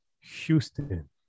Houston